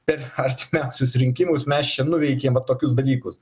pre chas stipriausius susirinkimus mes čia nuveikėm vat tokius dalykus